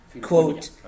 quote